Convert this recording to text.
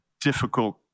difficult